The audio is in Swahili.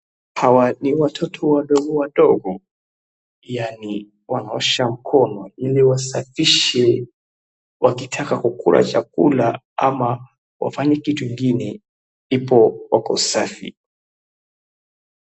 Hawa ni watoto wadogo wadogo, yani wanaosha mkono ili wasafishe wakitaka kukula chakula ama wafanye kitu ingine ipo wapo safi.